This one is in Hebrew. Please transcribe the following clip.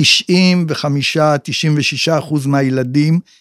95-96 אחוז מהילדים.